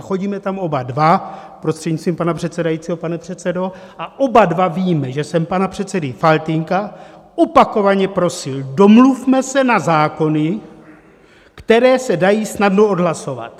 Chodíme tam oba dva, prostřednictvím pana předsedajícího, pane předsedo, a oba dva víme, že jsem pana předsedu Faltýnka opakovaně prosil: Domluvme se na zákony, které se dají snadno odhlasovat.